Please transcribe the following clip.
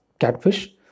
catfish